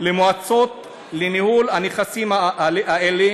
למועצות לניהול הנכסים האלה